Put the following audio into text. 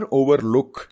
overlook